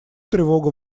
тревогу